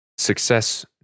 Success